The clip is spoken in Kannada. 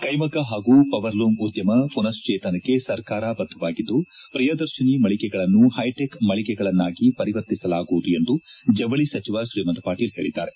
ಕೈಮಗ್ಗ ಹಾಗೂ ಪವರ್ ಲೂಮ್ ಉದ್ದಮ ಪುನಶ್ವೇತನಕ್ಕೆ ಸರ್ಕಾರ ಬದ್ಧವಾಗಿದ್ದು ಪ್ರಿಯದರ್ಶಿನಿ ಮಳಿಗೆಗಳನ್ನು ಪೈಟಿಕ್ ಮಳಿಗೆಗಳನ್ನಾಗಿ ಪರಿವರ್ತಿಸಲಾಗುವುದು ಎಂದು ಜವಳಿ ಸಚಿವ ಶ್ರೀಮಂತ ಪಾಟೀಲ್ ಹೇಳಿದ್ದಾರೆ